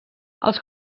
els